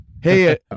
Hey